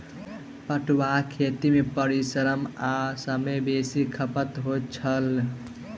पटुआक खेती मे परिश्रम आ समय बेसी खपत होइत छै